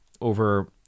over